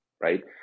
right